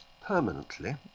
permanently